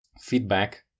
feedback